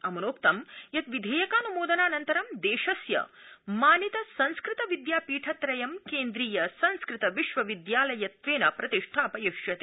अमुनोक्तं यत् विधेयकान्मोदनानन्तरं देशस्य मानित संस्कृत विद्यापीठ त्रयं केन्द्रीय संस्कृत विश्व विद्यालयत्वेन प्रतिष्ठापयिष्यते